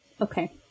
Okay